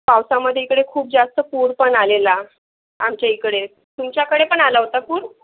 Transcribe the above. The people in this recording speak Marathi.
पावसामध्ये इकडे खूप जास्त पूर पण आलेला आमच्याइकडे तुमच्याकडे पण आला होता पूर